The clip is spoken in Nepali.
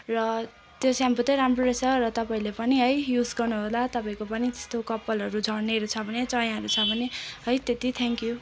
र त्यो सेम्पू तै राम्रो रहेछ तपाईँहरूले पनि है युज गर्नुहोला तपाईँको पनि त्यस्तो कपालहरू झर्नेहरू छ भने चायाहरू छ भने है त्यत्ति थ्याङ्क्यु